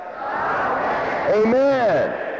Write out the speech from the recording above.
Amen